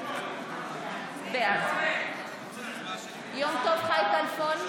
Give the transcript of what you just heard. בעד יום טוב חי כלפון,